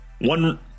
one